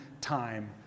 time